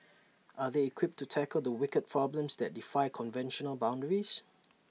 are they equipped to tackle the wicked problems that defy conventional boundaries